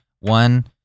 One